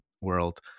world